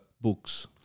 books